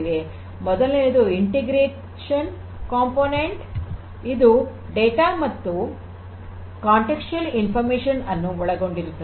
ಮೊದಲನೆಯದು ಏಕೀಕರಣ ಘಟಕ ಇದು ಡೇಟಾ ಮತ್ತುಸಂದರ್ಭಯೋಚಿತ ಮಾಹಿತಿಯನ್ನು ಒಳಗೊಂಡಿರುತ್ತದೆ